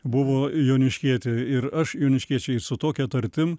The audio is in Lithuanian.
buvo joniškietė ir aš joniškiečiai su tokia tartim